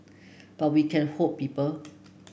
but we can hope people